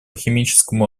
химическому